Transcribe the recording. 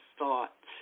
thought